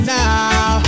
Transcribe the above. now